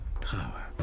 Power